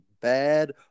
bad